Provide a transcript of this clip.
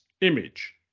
image